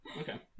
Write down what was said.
Okay